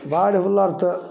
बाढ़ि होलक तऽ